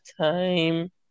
time